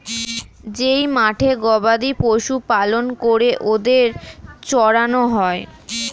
যেই মাঠে গবাদি পশু পালন করে ওদের চড়ানো হয়